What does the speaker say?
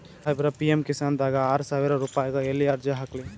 ಸಾಹೇಬರ, ಪಿ.ಎಮ್ ಕಿಸಾನ್ ದಾಗ ಆರಸಾವಿರ ರುಪಾಯಿಗ ಎಲ್ಲಿ ಅರ್ಜಿ ಹಾಕ್ಲಿ?